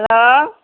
hello